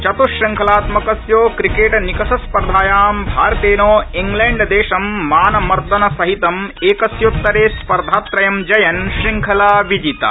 चतुश्रूखलात्मकस्य cricket निकषस्पर्धायां भारतेन इंग्लष्डिदेशं मानमर्दनसहितम् एकस्योत्तरे स्पर्धात्रयं जयन् श्रृंखला विजिता